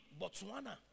Botswana